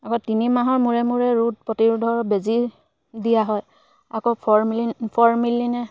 আকৌ তিনি মাহৰ মূৰে মূৰে ৰোগ প্ৰতিৰোধৰ বেজী দিয়া হয় আকৌ ফ'ৰ মিলি ফৰ্মিলিনে